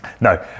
No